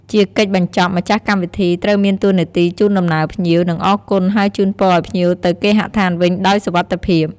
ជាកិច្ចបញ្ចប់ម្ចាស់កម្មវិធីត្រូវមានតួនាទីជូនដំណើរភ្ញៀវ និងអរគុណហើយជូនពរអោយភ្ញៀវទៅគេហដ្ឋានវិញដោយសុវត្ថិភាព។